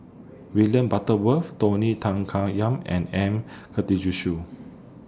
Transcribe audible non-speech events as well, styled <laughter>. William Butterworth Tony Tan <unintelligible> Yam and M Karthigesu